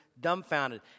dumbfounded